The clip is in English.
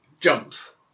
jumps